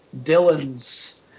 Dylan's